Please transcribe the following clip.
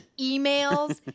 emails